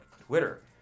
Twitter